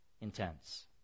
intense